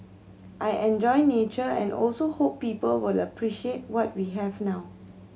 I enjoy nature and also hope people will appreciate what we have now